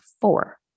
Four